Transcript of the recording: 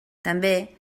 també